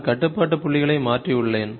நான் கட்டுப்பாட்டு புள்ளிகளை மாற்றியுள்ளேன்